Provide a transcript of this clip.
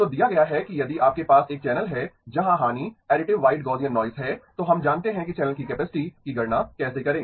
तो दिया गया है कि यदि आपके पास एक चैनल है जहां हानि ऐडिटिव व्हाइट गौसिअन नॉइज़ है तो हम जानते हैं कि चैनल की कैपेसिटी की गणना कैसे करें